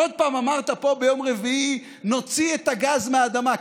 עוד פעם אמרת פה ביום רביעי: נוציא את הגז מהאדמה.